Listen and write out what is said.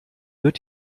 wird